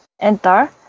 enter